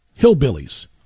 hillbillies